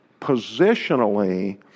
Positionally